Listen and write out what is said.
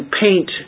paint